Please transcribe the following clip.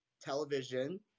television